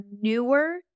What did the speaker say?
newer